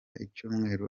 icyumweru